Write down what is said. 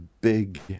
big